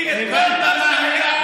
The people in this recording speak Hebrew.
אבל עם כל החוקים האלה,